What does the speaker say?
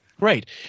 Right